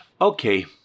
Okay